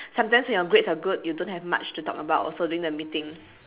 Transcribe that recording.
sometimes when your grades are good you don't have much to talk about also during meeting